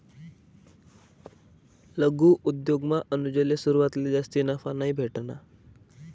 लघु उद्योगमा अनुजले सुरवातले जास्ती नफा नयी भेटना